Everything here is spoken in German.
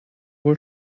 wohl